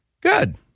Good